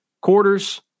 quarters